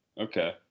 Okay